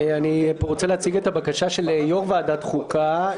אני רוצה להציג את הבקשה של יושב-ראש ועדת החוקה.